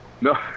No